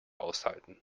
aushalten